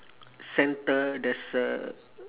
centre there's a